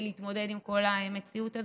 להתמודד עם כל המציאות הזאת,